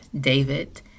David